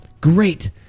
great